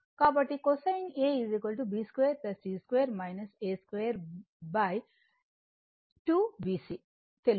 కాబట్టి cosine A b2 c2 a22 bc తెలుసు